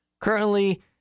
currently